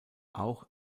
auch